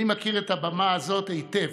אני מכיר את הבמה הזאת היטב,